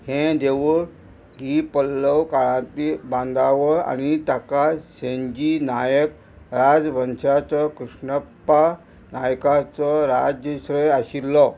हें देवूळ ही पल्लव काळांतली बांदावळ आनी ताका सेंजी नायक राजवंशाचो कृष्णप्पा नायकाचो राजस्रय आशिल्लो